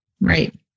right